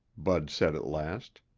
bud said at last.